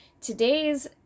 Today's